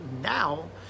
now